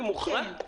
כן.